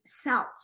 self